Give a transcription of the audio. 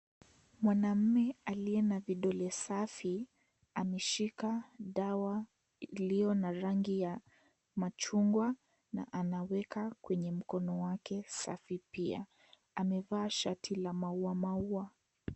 Mwanamme aliye na vidole safi ameshika dawa iliyo na rangi ya machungwa na anaweka kwenye mkono wake safi pia. Amevaa shati la mauamaua.